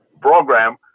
program